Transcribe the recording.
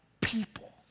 people